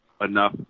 enough